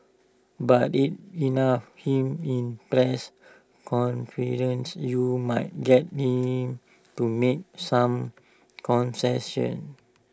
but IT enough him in press conference you might get him to make some concessions